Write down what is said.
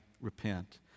repent